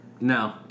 No